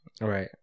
right